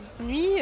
nuit